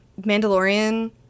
Mandalorian